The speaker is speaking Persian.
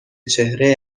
چهره